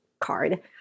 card